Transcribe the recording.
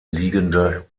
liegende